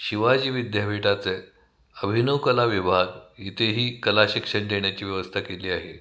शिवाजी विद्यापीठाचे अभिनव कला विभाग इथेही कलाशिक्षण देण्याची व्यवस्था केली आहे